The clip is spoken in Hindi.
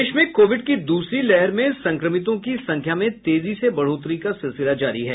प्रदेश में कोविड की दूसरी लहर में संक्रमितों की संख्या में तेजी से बढ़ोतरी का सिलसिला जारी है